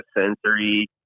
sensory